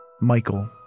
Michael